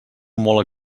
molt